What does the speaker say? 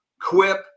Quip